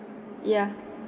ya